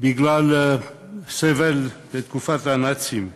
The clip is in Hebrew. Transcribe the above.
בגלל סבל בתקופת הנאצים באלג'יר,